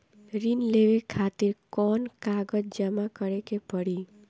ऋण लेवे खातिर कौन कागज जमा करे के पड़ी?